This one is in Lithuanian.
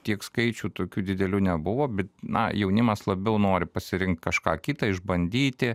tiek skaičių tokių didelių nebuvo bet na jaunimas labiau nori pasirinkt kažką kitą išbandyti